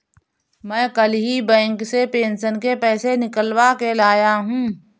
मैं कल ही बैंक से पेंशन के पैसे निकलवा के लाया हूँ